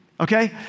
okay